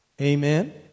Amen